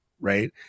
right